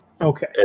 Okay